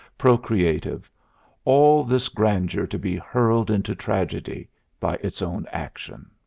procreative all this grandeur to be hurled into tragedy by its own action.